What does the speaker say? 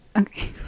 Okay